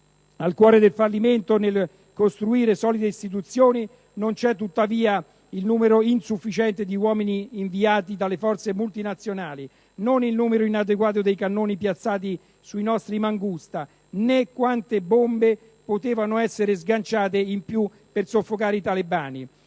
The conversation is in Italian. Al cuore del fallimento nel costruire solide istituzioni non c'è tuttavia il numero insufficiente di uomini inviati dalle forze multinazionali, non il numero inadeguato dei cannoni piazzati sui nostri Mangusta, né quante bombe potevano esser sganciate in più per soffocare i talebani.